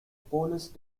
police